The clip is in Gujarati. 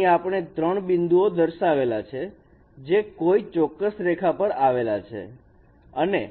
અહીં આપણે ત્રણ બિંદુઓ દર્શાવેલા છે જે કોઈ ચોક્કસ રેખા પર આવેલા છે અને